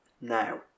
Now